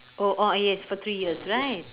oh oh yes for three years right